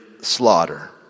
slaughter